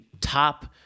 top